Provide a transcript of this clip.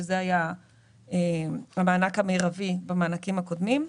שזה היה המענק המרבי במענקים הקודמים.